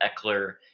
Eckler